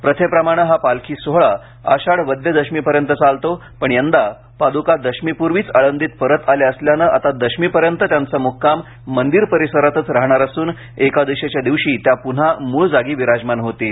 प्रथेप्रमाणे हा पालखी सोहोळा आषाढ वद्य दशमीपर्यंत चालतो पण यंदा पादका दशमीपूर्वीच आळंदीत परत आल्या असल्यानं आता दशमीपर्यंत त्यांचा मुक्काम मंदिर परिसरातच राहणार असून एकादशीच्या दिवशी त्या पुन्हा मूळ जागी विराजमान होतील